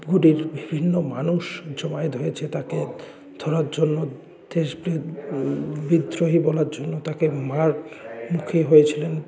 ধুপগুড়ির বিভিন্ন মানুষ জমায়েত হয়েছে তাকে ধরার জন্য দেশবিদ বিদ্রোহী বলার জন্য তাকে মারার মুখী হয়েছিলেন